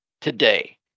today